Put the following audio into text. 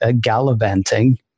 gallivanting